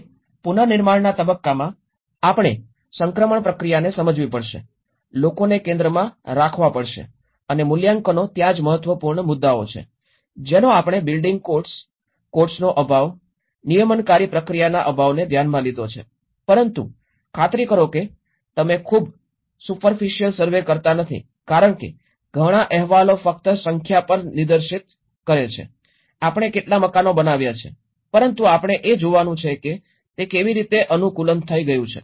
અને પુનર્નિર્માણના તબક્કામાં આપણે સંક્રમણ પ્રક્રિયાને સમજવી પડશે લોકોને કેન્દ્રમાં રાખવા પડશે અને મૂલ્યાંકનો ત્યાં મહત્વપૂર્ણ મુદ્દાઓ છે જેનો આપણે બિલ્ડિંગ કોડ્સ કોડ્સનો અભાવ નિયમનકારી પ્રક્રિયાના અભાવને ધ્યાનમાં લીધો છે પરંતુ ખાતરી કરો કે તમે ખૂબ સુપરફિસિયલ સર્વે કરતા નથી કારણ કે ઘણા અહેવાલો ફક્ત સંખ્યા પર નિર્દેશ કરે છે આપણે કેટલા મકાનો બનાવ્યાં છે પરંતુ આપણે એ જોવાનું છે કે તે કેવી રીતે અનુકૂળ થઈ ગયું છે